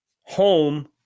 home